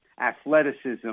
athleticism